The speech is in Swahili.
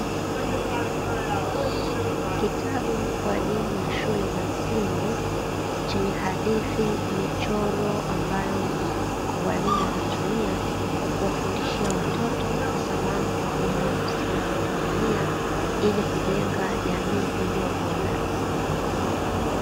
Kitabu kwa ajili ya shule za msingi chenye hadithi michoro ambayo walimu wanatumia kuwafundishia watoto hasa mambo yanayohusiana na familia ili kujenga jamii iliyobora.